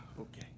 okay